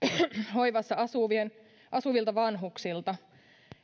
hoivassa asuvilta vanhuksilta